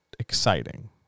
Exciting